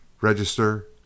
Register